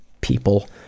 people